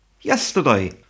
yesterday